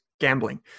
gambling